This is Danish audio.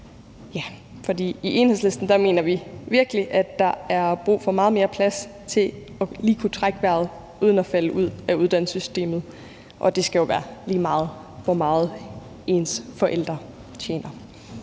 i Enhedslisten mener vi virkelig, at der er brug for meget mere plads til lige at kunne trække vejret uden at falde ud af uddannelsessystemet, og det skal jo være lige meget, hvor meget ens forældre tjener.